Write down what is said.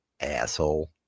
Asshole